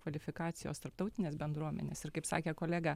kvalifikacijos tarptautinės bendruomenės ir kaip sakė kolega